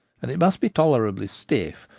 and it must be tolerably stiff,